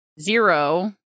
zero